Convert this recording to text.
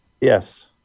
Yes